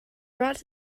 brought